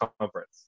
conference